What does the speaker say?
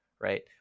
right